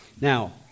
Now